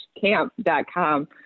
camp.com